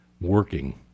working